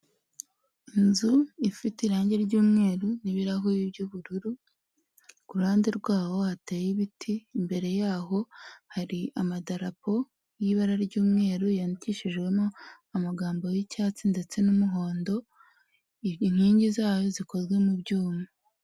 Inzu ifite irangi ry'umweru n'ibirahuri by'ubururu kuruhande rwaho hateye ibiti ,imbere yaho hari amadarapo y'ibara ry'umweru yandikishijwemo amagambo y'icyatsi ndetse n'umuhondo ,inkingi zayo zikozwe mu byuma.